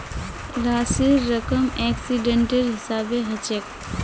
राशिर रकम एक्सीडेंटेर हिसाबे हछेक